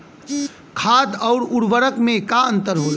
खाद्य आउर उर्वरक में का अंतर होला?